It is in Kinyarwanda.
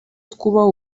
twubaha